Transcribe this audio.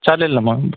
चालेल ना मग